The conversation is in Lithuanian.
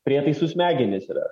prietaisų smegenys yra